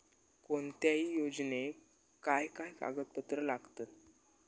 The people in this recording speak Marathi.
कोणत्याही योजनेक काय काय कागदपत्र लागतत?